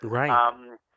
Right